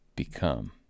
become